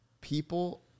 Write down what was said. people